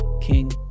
King